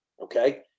Okay